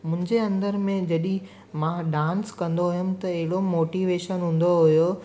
मुंहिंजो अंदरि में जॾहिं मां डांस कंदो हुयमि त अहिड़ो मोटिवेशन हूंदो हुयो